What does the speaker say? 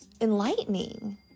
enlightening